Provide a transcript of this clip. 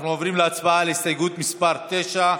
אנחנו עוברים להצבעה על הסתייגות מס' 9,